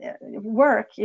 Work